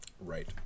Right